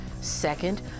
Second